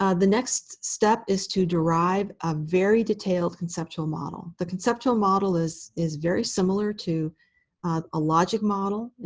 ah the next step is to derive a very detailed conceptual model. the conceptual model is is very similar to a logic model. and